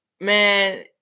man